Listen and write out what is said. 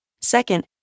Second